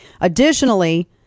Additionally